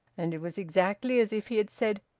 and it was exactly as if he had said,